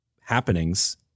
happenings